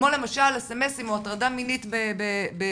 כמו אס-אם-אסים או הטרדה מינית בהודעה,